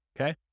Okay